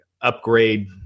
upgrade